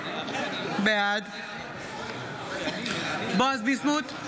בעד בועז ביסמוט,